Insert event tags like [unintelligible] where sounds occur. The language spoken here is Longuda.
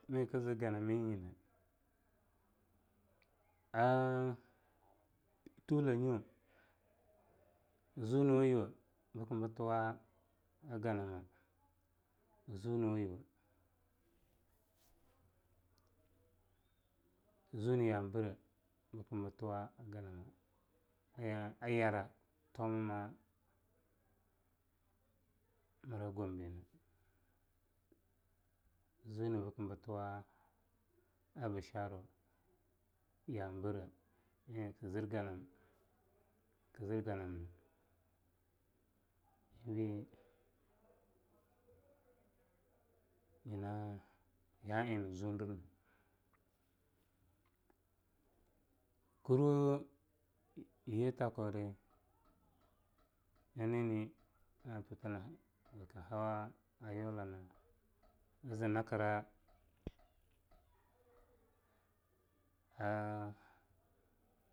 Mei kz ganamei [unintelligible] a tula nyo kziunuweyuwe bki btuwa'a ganwa kziunwaeyuwe.....bkm btuwa'a mana, a ya'a eing a yara tomma mra Gombe ne, kziune bkm btuwa'a bisharau ya'a brre eing kzir ganamna kzir ganamna .....eing bei nyina ya'a eing nziudr .......nkurwa nyetakuda nani...... [noise] naktu [unintelligible] na tuta n hawa Yola na [noise] nz nkra..a....a.